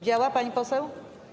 Działa, pani poseł?